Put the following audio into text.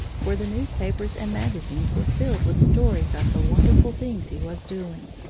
for the newspapers and magazines were filled with stories of the wonderful things he was doing.